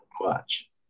watch